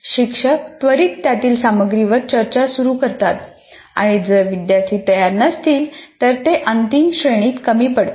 शिक्षक त्वरित त्यातील सामग्रीवर चर्चा सुरू करतात आणि जर विद्यार्थी तयार नसतील तर ते अंतिम श्रेणीत कमी पडतात